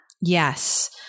Yes